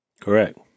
Correct